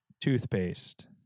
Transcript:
toothpaste